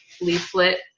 leaflet